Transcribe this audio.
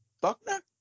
Buckner